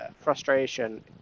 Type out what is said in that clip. frustration